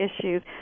issues